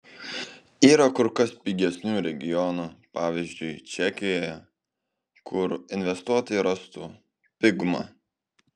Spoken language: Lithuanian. yra kur kas pigesnių regionų pavyzdžiui čekijoje kur investuotojai rastų pigumą